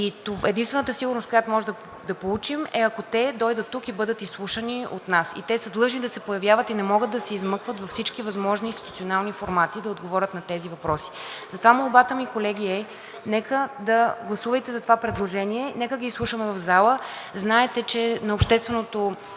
Единствената сигурност, която можем да получим, е, ако те дойдат тук и бъдат изслушани от нас. И те са длъжни да се появяват. И не могат да се измъкват във всички възможни институционални формати да отговорят на тези въпроси. Затова молбата ми, колеги, е: гласувайте за това предложение, нека да изслушаме в залата. Знаете, че на общественото